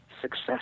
success